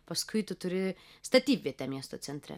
paskui tu turi statybvietę miesto centre